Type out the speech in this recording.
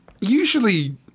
usually